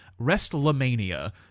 Wrestlemania